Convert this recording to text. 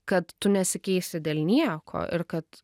kad tu nesikeisi dėl nieko ir kad